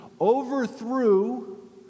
overthrew